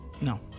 No